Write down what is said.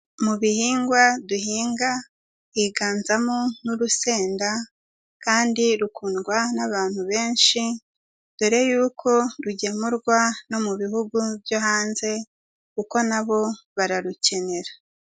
Mu bihingwa duhinga higanzamo n'urusenda, kandi rukundwa n'abantu benshi, dore yuko rugemurwa no mu bihugu byo hanze, kuko nabo bararukenera.